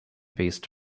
based